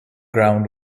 ground